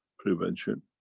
prevention,